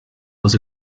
was